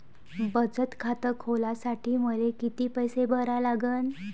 बचत खात खोलासाठी मले किती पैसे भरा लागन?